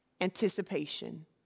anticipation